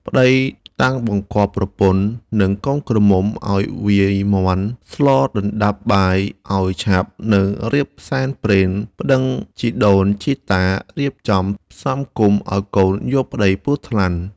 ប្ដីតាំងបង្គាប់ប្រពន្ធ និងកូនក្រមុំឱ្យវាយមាន់ស្លដណ្ដាំបាយឱ្យឆាប់ និងរៀបសែនព្រេន ប្ដឹងជីដូនជីតារៀបផ្សំផ្គុំឱ្យកូនយកប្ដីពស់ថ្លាន់ ។